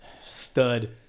Stud